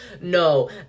No